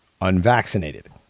unvaccinated